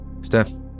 Steph